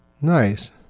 nice